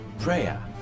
Prayer